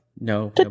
No